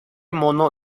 mono